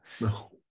No